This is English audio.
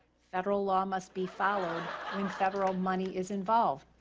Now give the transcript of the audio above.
federal law must be followed when federal money is involved.